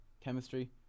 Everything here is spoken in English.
chemistry